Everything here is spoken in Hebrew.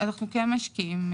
אנחנו כן משקיעים.